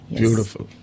beautiful